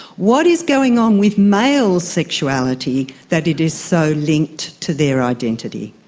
what is going on with male sexuality that it is so linked to their identity?